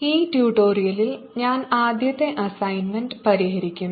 ഈ ട്യൂട്ടോറിയലിൽ ഞാൻ ആദ്യത്തെ അസൈൻമെന്റ് പരിഹരിക്കും